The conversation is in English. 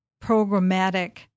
programmatic